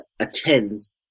Attends